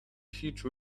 huge